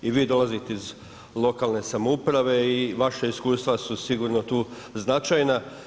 I vi dolazite iz lokalne samouprave i vaša iskustva su sigurno tu značajna.